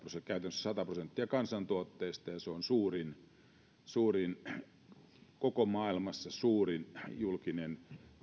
sata prosenttia kansantuotteesta ja se on koko maailmassa suurin julkinen